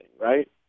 right